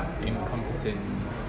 encompassing